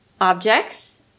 objects